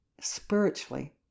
spiritually